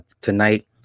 tonight